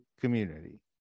community